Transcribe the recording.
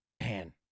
Man